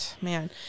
Man